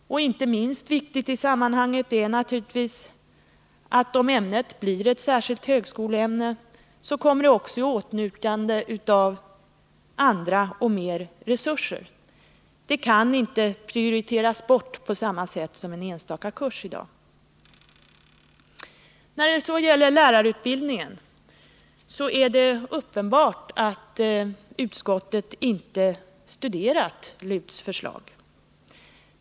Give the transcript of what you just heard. Inte minst viktigt i sammanhanget är naturligtvis att ämnet om det blir ett särskilt högskoleämne också kommer i åtnjutande av andra och större resurser. Det kan inte prioriteras bort på samma sätt som en enstaka kurs. När det gäller lärarutbildningen är det uppenbart att utskottet inte tillräckligt har studerat LUT:s förslag.